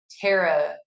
Tara